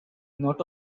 not